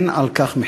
אין על כך מחילה.